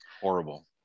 Horrible